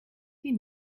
die